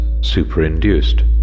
superinduced